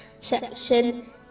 section